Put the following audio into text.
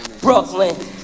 Brooklyn